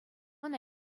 ӑна